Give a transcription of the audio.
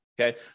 Okay